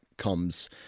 comes